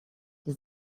для